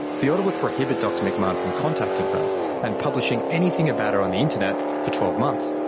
the order would prohibit dr mcmahon from contacting her and publishing anything about her on the internet for twelve months.